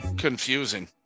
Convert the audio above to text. confusing